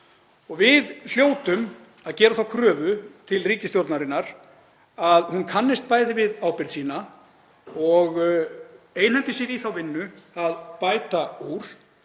Við hljótum að gera þá kröfu til ríkisstjórnarinnar að hún kannist við ábyrgð sína og einhendi sér í þá vinnu að bæta úr.